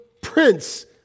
Prince